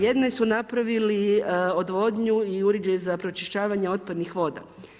Jedni su napravili odvodnju i uređaj za pročišćavanje otpadnih voda.